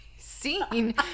seen